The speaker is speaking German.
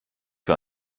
für